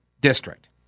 district